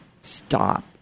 stop